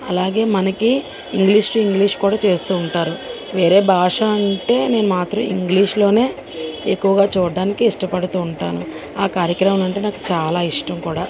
అలాగే మనకి ఇంగ్లీష్ టు ఇంగ్లీష్ కూడా చేస్తు ఉంటారు వేరే భాష అంటే నేను మాత్రం ఇంగ్లీషులో ఎక్కువగా చూడడానికి ఇష్టపడుతు ఉంటాను ఆ కార్యక్రమం అంటే నాకు చాలా ఇష్టం కూడా